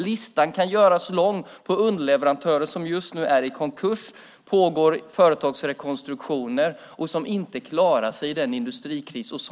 Listan kan göras lång på underleverantörer som just nu är i konkurs eller där det pågår företagsrekonstruktioner och som inte klarar sig i den industrikris vi har.